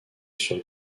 sur